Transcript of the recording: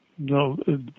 No